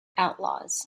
outlaws